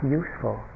useful